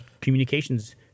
communications